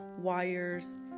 wires